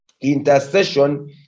Intercession